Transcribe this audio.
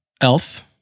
Elf